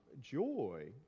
joy